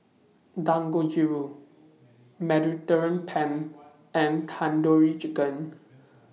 Dangojiru Mediterranean Penne and Tandoori Chicken